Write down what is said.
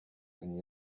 and